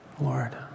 Lord